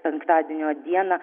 penktadienio dieną